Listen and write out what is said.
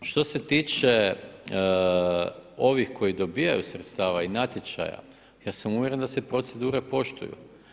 Što se tiče ovih koji dobivaju sredstava i natječaja, ja sam uvjeren da se procedure poštuju.